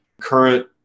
current